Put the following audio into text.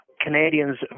Canadians